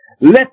Let